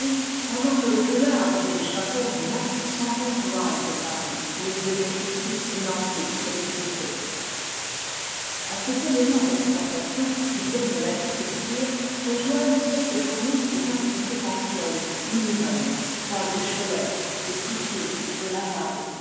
pendant que les poulardes et les chapons du mans s'en vont aux halles de paris où ils bénéficient d'une antique célébrité a ces éléments d'exportation qui viennent de l'agriculture se joignent ceux que fournissent des industries anciennes ou nouvelles toiles de cholet et coutils de laval